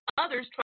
others